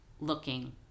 looking